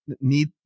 need